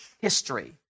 history